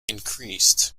increased